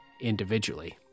individually